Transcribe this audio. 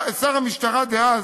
שר המשטרה דאז,